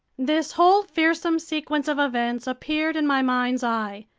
this whole fearsome sequence of events appeared in my mind's eye.